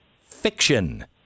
fiction